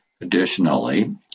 Additionally